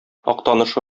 актаныш